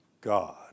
God